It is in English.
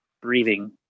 breathing